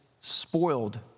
spoiled